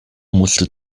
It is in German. musste